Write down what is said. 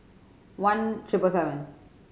one triple seven